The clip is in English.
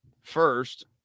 first